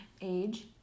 Age